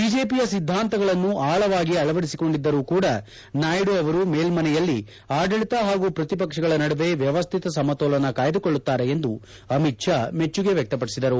ಬಿಜೆಪಿಯ ಸಿದ್ದಾಂತಗಳನ್ನು ಆಳವಾಗಿ ಅಳವಡಿಸಿಕೊಂಡಿದ್ದರೂ ಕೂಡ ನಾಯ್ಡು ಅವರು ಮೇಲ್ವನೆಯಲ್ಲಿ ಆಡಳಿತ ಹಾಗೂ ಪ್ರತಿಪಕ್ಷಗಳ ನಡುವೆ ವ್ಯವಸ್ಥಿತ ಸಮತೋಲನ ಕಾಯ್ದುಕೊಳ್ಳುತಾರೆ ಎಂದು ಅಮಿತ್ ಶಾ ಮೆಚ್ಚುಗೆ ವ್ಲಕ್ಷಪಡಿಸಿದರು